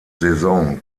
saison